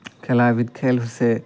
খেলা এবিধ খেল হৈছে